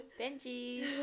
Benji